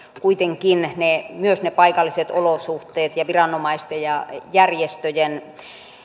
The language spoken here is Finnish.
kuitenkin myös ne paikalliset olosuhteet ja viranomaisten ja järjestöjen